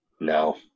No